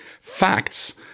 facts